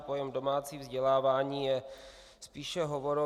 Pojem domácí vzdělávání je spíše hovorový.